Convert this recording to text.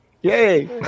Yay